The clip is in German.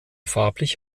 farblich